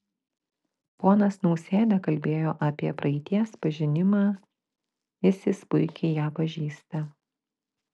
ponas nausėda kalbėjo apie praeities pažinimą isis puikiai ją pažįsta